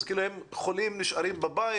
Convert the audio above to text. הם חולים ונשארים בבית?